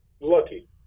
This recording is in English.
lucky